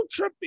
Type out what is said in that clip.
trippy